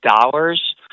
dollars